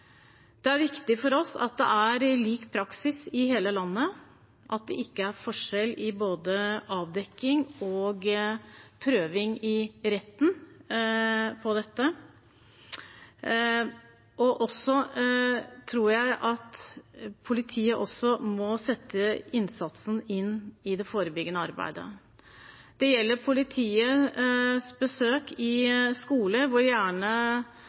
Det er viktig for oss at det er lik praksis i hele landet, at det ikke er forskjell på dette i verken avdekking eller prøving i retten. Jeg tror politiet må sette inn innsatsen i det forebyggende arbeidet. Det gjelder politiets besøk på skoler hvor